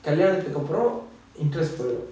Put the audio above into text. கலியாணத்துக்கு அப்ரோ:kaliyaanathuku apro interest போய்ரு:poyru